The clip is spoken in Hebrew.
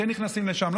כן נכנסים לשם,